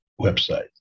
website